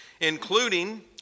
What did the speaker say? including